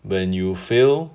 when you fail